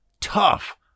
tough